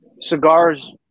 cigars